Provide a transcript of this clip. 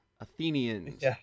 Athenians